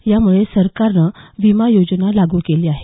यामुळे सरकारनं विमा योजना लागू केली आहे